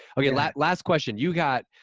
okay last last question. you got,